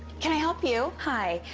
can i help you? hi.